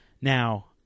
Now